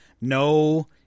No